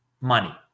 money